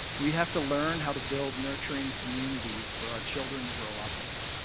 we have to learn how to build nurturing communities for our children to grow up in.